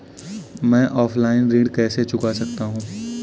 मैं ऑफलाइन ऋण कैसे चुका सकता हूँ?